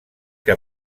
que